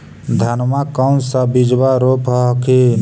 धनमा कौन सा बिजबा रोप हखिन?